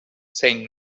saying